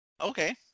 Okay